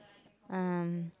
um